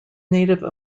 native